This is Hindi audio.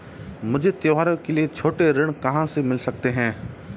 मुझे त्योहारों के लिए छोटे ऋृण कहां से मिल सकते हैं?